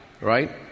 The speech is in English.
right